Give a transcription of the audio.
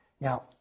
now